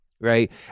Right